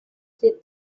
este